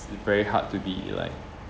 very hard to be like